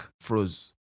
froze